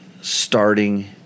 starting